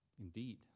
Indeed